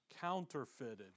counterfeited